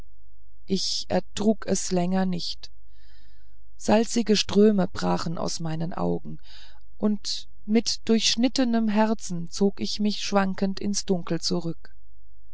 ich ertrug es länger nicht salzige ströme brachen aus meinen augen und mit durchschnittenem herzen zog ich mich schwankend ins dunkel zurück